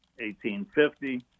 1850